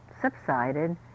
subsided